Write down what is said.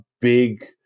big